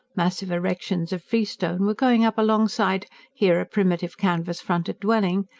massive erections of freestone were going up alongside here a primitive, canvas-fronted dwelling,